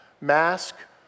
Mask